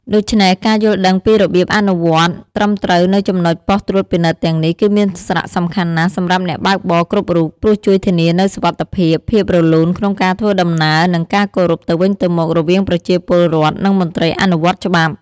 ដូច្នេះការយល់ដឹងពីរបៀបអនុវត្តត្រឹមត្រូវនៅចំណុចប៉ុស្តិ៍ត្រួតពិនិត្យទាំងនេះ គឺមានសារៈសំខាន់ណាស់សម្រាប់អ្នកបើកបរគ្រប់រូប ព្រោះជួយធានានូវសុវត្ថិភាព ភាពរលូនក្នុងការធ្វើដំណើរ និងការគោរពទៅវិញទៅមករវាងប្រជាពលរដ្ឋ និងមន្ត្រីអនុវត្តច្បាប់។។